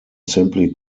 simply